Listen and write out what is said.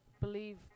believe